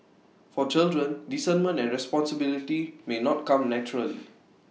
for children discernment and responsibility may not come naturally